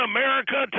America